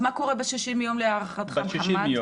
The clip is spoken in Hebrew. מה קורה ב-60 יום להערכתך, מוחמד?